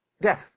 Death